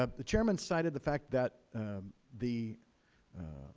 ah the chairman cited the fact that the